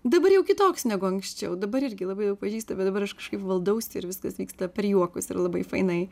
dabar jau kitoks negu anksčiau dabar irgi labai jau pažįsta bet dabar aš kažkaip valdausi ir viskas vyksta per juokus ir labai fainai